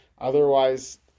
Otherwise